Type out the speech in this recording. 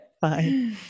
bye